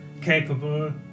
capable